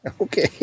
Okay